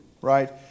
right